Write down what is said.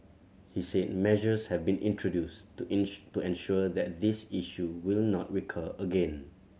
he said measures have been introduced to inch to ensure that this issue will not recur again